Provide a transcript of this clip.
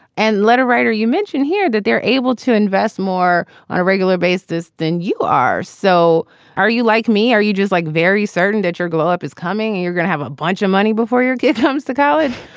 and let a writer you mention here that they're able to invest more on a regular basis than you are. so are you like me or are you just like very certain that your globe is coming? and you're going to have a bunch of money before your gig comes to college?